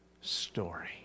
story